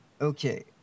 Okay